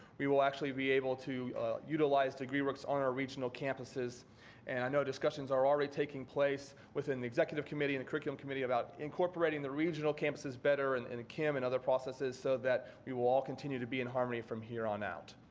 we will actually be able to utilize degree works on our regional campuses and i know discussions are already taking place within the executive committee and the curriculum committee about incorporating the regional campuses better in and cem and other processes so that we will all continue to be in harmony from here on out.